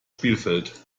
spielfeld